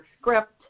script